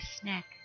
snack